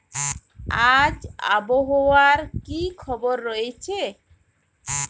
আজ আবহাওয়ার কি খবর রয়েছে?